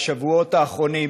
בשבועות האחרונים,